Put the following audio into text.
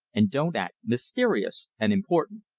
and don't act mysterious and important.